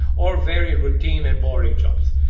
or very routine and boring jobs.